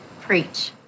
Preach